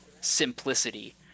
simplicity